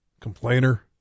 complainer